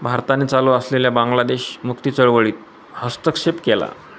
भारताने चालू असलेल्या बांगलादेश मुक्ती चळवळीत हस्तक्षेप केला